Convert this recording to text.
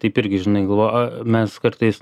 taip irgi žinai galvoju mes kartais